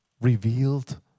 revealed